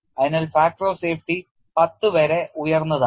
അതിനാൽ factor of safety പത്ത് വരെ ഉയർന്നതാണ്